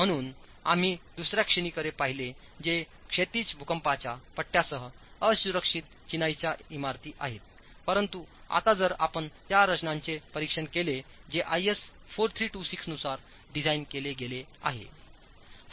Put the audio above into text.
म्हणून आम्ही दुसर्या श्रेणीकडे पाहिले जे क्षैतिज भूकंपाच्या पट्ट्यासह असुरक्षित चिनाईच्या इमारती आहेत परंतु आता जर आपण त्या रचनांचे परीक्षण केले जे आयएस 4326 नुसार डिझाइन केले गेले आहे